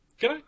Good